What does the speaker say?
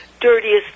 dirtiest